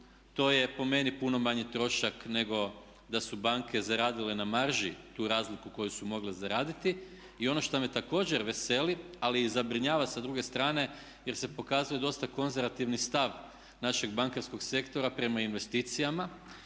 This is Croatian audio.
to je po meni puno manji trošak nego da su banke zaradile na marži tu razliku koju su mogle zaraditi. I ono što me također veseli ali i zabrinjava sa druge strane jer se pokazuje dosta konzervativni stav našeg bankarskog sektora prema investicijama